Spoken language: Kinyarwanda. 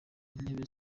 intebe